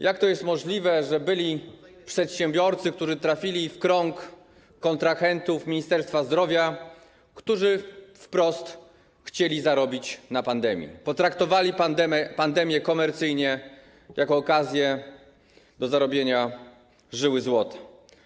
Jak to jest możliwe, że byli przedsiębiorcy, którzy trafili w krąg kontrahentów Ministerstwa Zdrowia, którzy wprost chcieli zarobić na pandemii, potraktowali pandemię komercyjnie, jako okazję do zarobienia, zdobycia żyły złota?